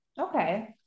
Okay